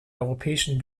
europäischen